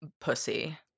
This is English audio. pussy